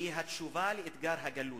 שהיא התשובה לאתגר הגלות.